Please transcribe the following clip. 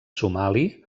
somali